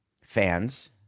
fans